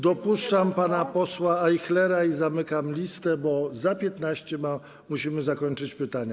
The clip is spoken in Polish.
Dopuszczam pana posła Ajchlera i zamykam listę, bo za 15 minut musimy zakończyć pytania.